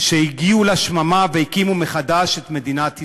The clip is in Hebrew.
שהגיעו לשממה והקימו מחדש את מדינת ישראל.